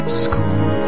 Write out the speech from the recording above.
school